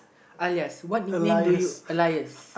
uh ya what nickname do you alias